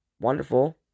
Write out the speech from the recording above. wonderful